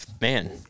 man